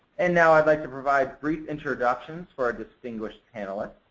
and now i'd like to provide brief introductions for our distinguish panelist